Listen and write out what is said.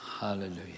Hallelujah